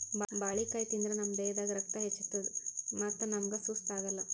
ಬಾಳಿಕಾಯಿ ತಿಂದ್ರ್ ನಮ್ ದೇಹದಾಗ್ ರಕ್ತ ಹೆಚ್ಚತದ್ ಮತ್ತ್ ನಮ್ಗ್ ಸುಸ್ತ್ ಆಗಲ್